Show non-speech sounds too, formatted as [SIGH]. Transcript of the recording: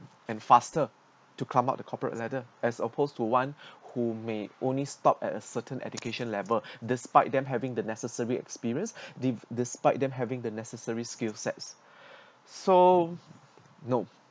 and faster to climb up the corporate ladder as opposed to one who may only stop at a certain education level despite them having the necessary experience the despite them having the necessary skill sets [BREATH] so no